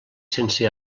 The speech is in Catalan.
sense